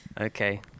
Okay